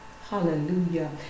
hallelujah